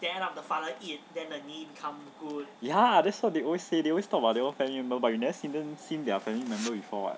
ya that's what they always say they always talk about their own family member but you never see them see their family member before [what]